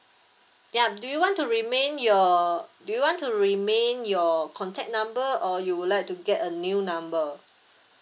yup do you want to remain your do you want to remain your contact number or you would like to get a new number